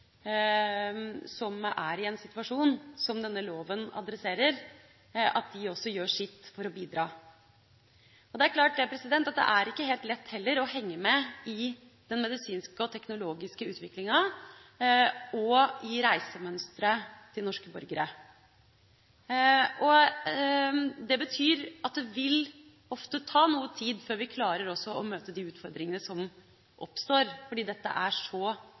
som er i en situasjon som denne loven adresserer, at de også gjør sitt for å bidra. Det er klart at det er ikke helt lett, heller, å henge med i den medisinske og teknologiske utviklinga og i reisemønsteret til norske borgere. Det betyr at det ofte vil ta noe tid før vi klarer å møte de utfordringene som oppstår, fordi dette er så